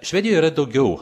švedijoje yra daugiau